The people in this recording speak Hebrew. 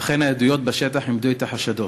ואכן, העדויות בשטח אימתו את החשדות.